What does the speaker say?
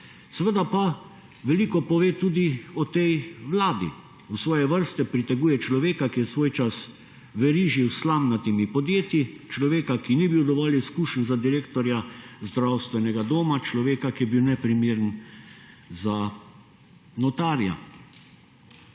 seveda pa, veliko pove tudi o tej Vladi. V svoje vrste priteguje človeka, ki je svoj čas verižil s slamnatimi podjetja, človeka, ki ni bil dovolj izkušen za direktorja zdravstvenega doma, človeka, ki je bil neprimeren za notarja.